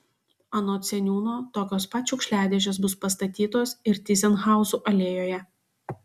anot seniūno tokios pat šiukšliadėžės bus pastatytos ir tyzenhauzų alėjoje